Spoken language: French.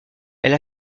elle